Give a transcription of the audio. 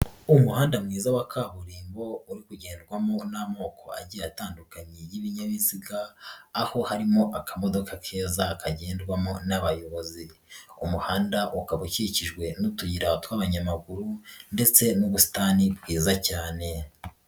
Umuhanda mwiza wa kaburimbo uri ugenrwamo n'amoko agiye atandukanye y'ibinyabiziga, aho harimo akamodoka keza kagendwamo n'abayobozi, umuhanda ukaba ukikijwe n'utuyira tw'abanyamaguru ndetse n'ubusitani bwiza cyane.